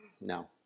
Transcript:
No